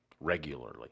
regularly